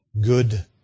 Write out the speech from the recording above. Good